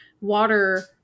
water